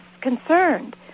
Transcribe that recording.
concerned